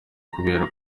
kubera